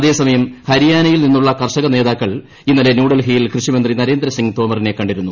അതേസമയം ഹരിയാനയിൽ നിന്നുള്ള കർഷകനേതാക്കൾ ഇന്നലെ ന്യൂഡൽഹിയിൽ കൃഷിമന്ത്രി നരേന്ദ്രസിംഗ് തോമറിനെ കണ്ടിരുന്നു